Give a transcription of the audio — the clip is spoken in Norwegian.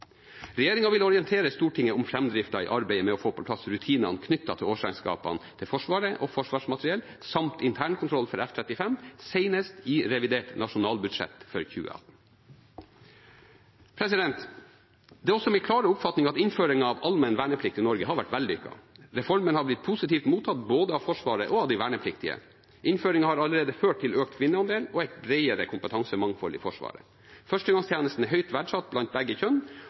vil orientere Stortinget om framdriften i arbeidet med å få på plass rutinene knyttet til årsregnskapene til Forsvaret og Forsvarsmateriell samt internkontroll for F-35 – senest i revidert nasjonalbudsjett for 2018. Det er også min klare oppfatning at innføringen av allmenn verneplikt i Norge har vært vellykket. Reformen har blitt positivt mottatt både av Forsvaret og av de vernepliktige. Innføringen har allerede ført til økt kvinneandel og et bredere kompetansemangfold i Forsvaret. Førstegangstjenesten er høyt verdsatt blant begge kjønn,